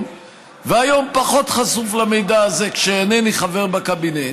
והיום אני פחות חשוף למידע הזה כשאינני חבר בקבינט,